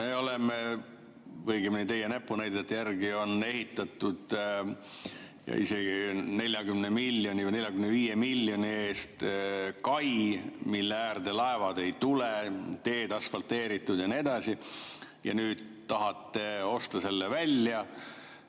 või õigemini teie näpunäidete järgi on ehitatud isegi 40 miljoni või 45 miljoni eest kai, mille äärde laevad ei tule, teed on asfalteeritud ja nii edasi. Nüüd te tahate osta selle välja,